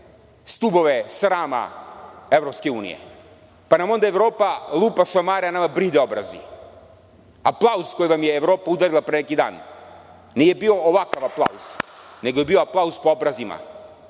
stubove srama EU. Pa nam onda Evropa lupa šamare a nama bride obrazi. Aplauz koji vam je Evropa udarila pre neki dan nije bio ovakav aplauz, nego je bio aplauz po obrazima,